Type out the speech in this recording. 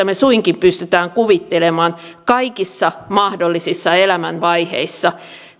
me suinkin pystymme kuvittelemaan kaikissa mahdollisissa elämänvaiheissa